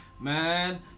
Man